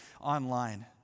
online